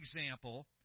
example